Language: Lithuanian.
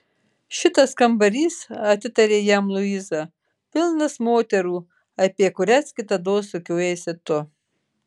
šitas kambarys atitarė jam luiza pilnas moterų apie kurias kitados sukiojaisi tu